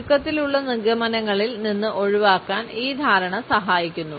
തിടുക്കത്തിലുള്ള നിഗമനങ്ങളിൽ നിന്ന് ഒഴിവാക്കാൻ ഈ ധാരണ സഹായിക്കുന്നു